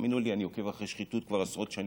תאמינו לי, אני עוקב אחרי שחיתות כבר עשרות שנים.